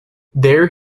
there